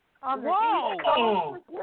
Whoa